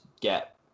get